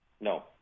no